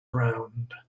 round